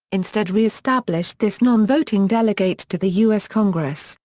instead reestablished this non-voting delegate to the u s. congress,